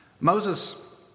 Moses